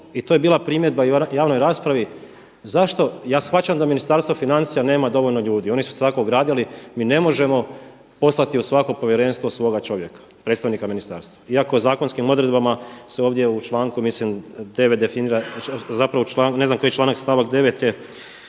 i to je bila primjedba i u javnoj raspravi zašto, ja shvaćam da Ministarstvo financija nema dovoljno ljudi. Oni su se tako ogradili, mi ne možemo poslati u svako povjerenstvo svoga čovjeka, predstavnika ministarstva iako zakonskim odredbama se ovdje u članku mislim 9. definira, zapravo ne znam koji članak stavak 9. je